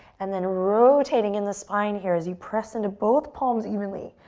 and then, rotating in the spine here as you press into both palms evenly,